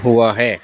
ہوا ہے